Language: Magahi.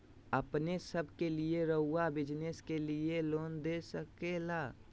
हमने सब के लिए रहुआ बिजनेस के लिए लोन दे सके ला?